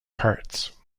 carts